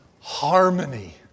harmony